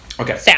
okay